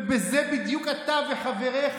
וזה בדיוק אתה וחבריך,